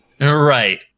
Right